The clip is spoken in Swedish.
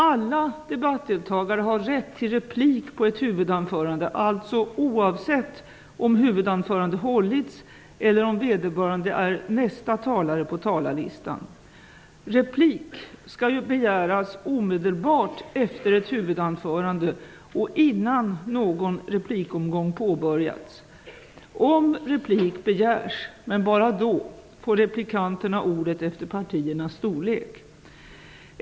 Alla debattdeltagare har rätt till replik på ett huvudanförande, alltså oavsett om huvudanförandet hållits eller om vederbörande är nästa talare på talarlistan. Replik skall begäras omedelbart efter ett huvudanförande och innan någon replikomgång påbörjats. Om replik begärs får replikanterna ordet efter partiernas storlek.